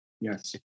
Yes